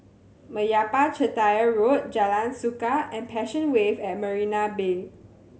Meyappa Chettiar Road Jalan Suka and Passion Wave at Marina Bay